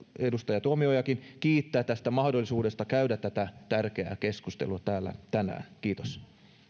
edustaja tuomiojakin teki kiittää tästä mahdollisuudesta käydä tätä tärkeää keskustelua täällä tänään kiitos